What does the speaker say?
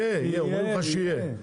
יהיה, אומרים לך שיהיה.